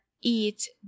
eat